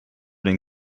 den